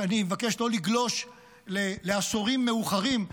ואני מבקש לא לגלוש לעשורים מאוחרים,